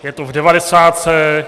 Je to v devadesátce.